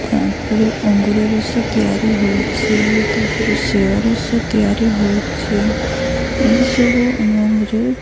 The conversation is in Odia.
ତାପରେ ଅଙ୍ଗୁର ରସ ତିଆରି ହେଉଛି ତାପରେ ସେଓ ରସ ତିଆରି ହେଉଛି ଏଇସବୁ ଆମ ଘରେ